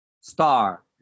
star